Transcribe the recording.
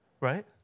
Right